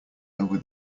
over